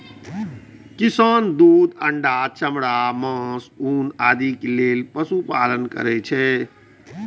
किसान दूध, अंडा, चमड़ा, मासु, ऊन आदिक लेल पशुपालन करै छै